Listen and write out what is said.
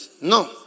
No